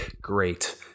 great